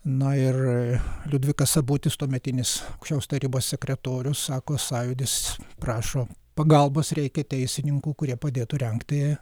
na ir liudvikas sabutis tuometinis šios tarybos sekretorius sako sąjūdis prašo pagalbos reikia teisininkų kurie padėtų rengti